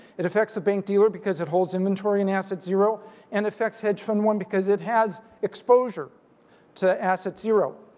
it affects the bank dealer because it holds inventory and assets zero and affects hedge fund one because it has exposure to asset zero.